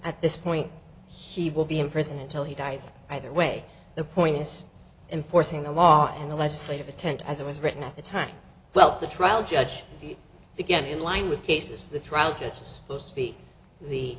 at this point he will be in prison until he dies either way the point is enforcing a law in the legislative intent as it was written at the time well the trial judge to get in line with cases the trial just goes to be the